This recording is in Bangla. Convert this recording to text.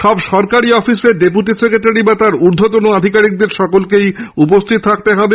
সব সরকারী অফিসে ডেপুটি সেক্রেটারী বা তার ঊর্ধ্বন আধিকারিকদের সকলকেই উপস্হিত থাকতে হবে